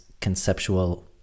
conceptual